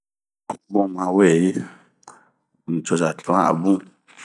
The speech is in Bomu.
Bun maweyi, nucoza tuan abun,